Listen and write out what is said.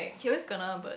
he always kena but